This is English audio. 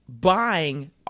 buying